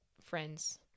friends